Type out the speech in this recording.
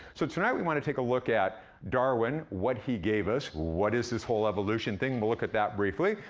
so tonight, we wanna take a look at darwin, what he gave us, what is this whole evolution thing. we'll look at that briefly.